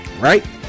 right